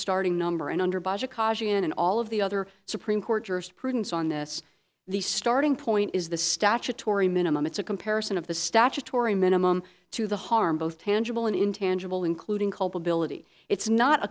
starting number and under budget and all of the other supreme court jurisprudence on this the starting point is the statutory minimum it's a comparison of the statutory minimum to the harm both tangible and intangible including culpability it's not a